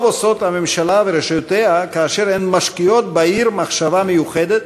טוב עושות הממשלה ורשויותיה כאשר הן משקיעות בעיר מחשבה מיוחדת,